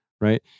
right